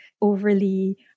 overly